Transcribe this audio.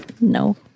No